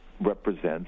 represents